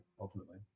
ultimately